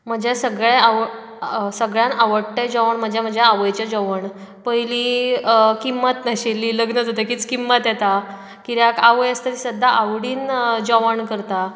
म्हज्या सगळे आवड सगळ्यान आवडटें जेवण म्हणजे म्हज्या आवयचे जेवण पयली किंमत नाशिल्ली लग्न जातकीच किंमत येतां कित्याक आवय आसतां ती सद्दां आवडीन जेवण करतां